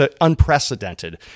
unprecedented